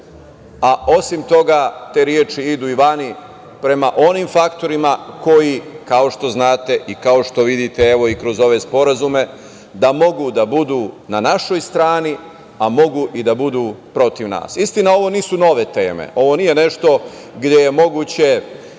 a osim toga te reči idu i van prema onim faktorima koji, kao što znate i kao što vidite, evo i kroz ove sporazume, da mogu da budu na našoj strani, a mogu i da budu protiv nas. Istina, ovo nisu nove teme. Ovo nije nešto gde je moguće